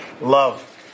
love